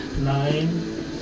Nine